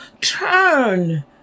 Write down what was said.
Turn